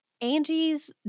Angie's